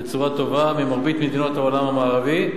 בצורה טובה ממרבית מדינות העולם המערבי,